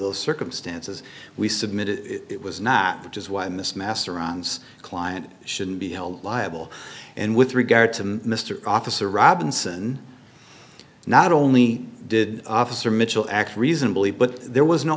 the circumstance it says we submitted it was not which is why in this mass arounds client shouldn't be held liable and with regard to mr officer robinson not only did officer mitchell act reasonably but there was no